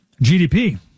GDP